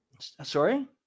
sorry